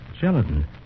Gelatin